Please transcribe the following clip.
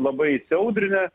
labai įsiaudrinę